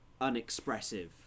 unexpressive